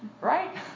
right